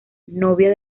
novia